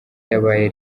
yabaye